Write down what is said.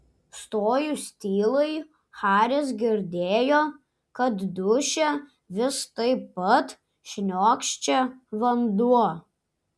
stojus tylai haris girdėjo kad duše vis taip pat šniokščia vanduo